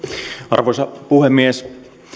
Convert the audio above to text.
arvoisa puhemies